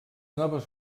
noves